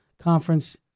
conference